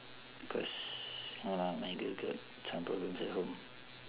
cause no lah my girl got some problems at home